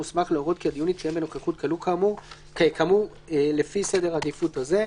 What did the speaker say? מוסמך להורות כי דיון יתקיים בנוכחות כלוא כאמור לפי סדר העדיפות הזה: